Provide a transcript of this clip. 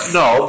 no